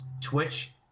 Twitch